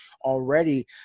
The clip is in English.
already